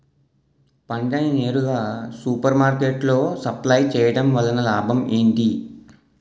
పంట ని నేరుగా సూపర్ మార్కెట్ లో సప్లై చేయటం వలన లాభం ఏంటి?